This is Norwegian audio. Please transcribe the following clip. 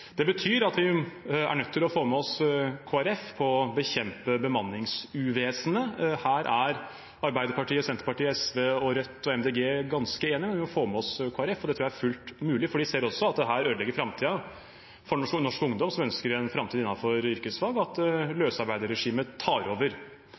Det betyr at vi er nødt til å få med oss Kristelig Folkeparti på å bekjempe bemanningsuvesenet. Her er Arbeiderpartiet, Senterpartiet, SV, Rødt og Miljøpartiet De Grønne ganske enige, men vi må få med oss Kristelig Folkeparti. Det tror jeg er fullt mulig, for de ser også at dette ødelegger framtiden for norsk ungdom som ønsker en framtid innenfor yrkesfag, at